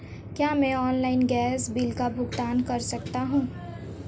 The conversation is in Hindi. क्या मैं ऑनलाइन गैस बिल का भुगतान कर सकता हूँ?